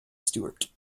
stewart